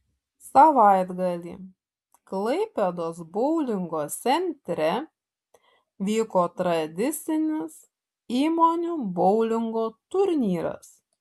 savaitgalį klaipėdos boulingo centre vyko tradicinis įmonių boulingo turnyras